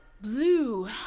blue